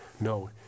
no